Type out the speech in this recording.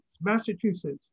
Massachusetts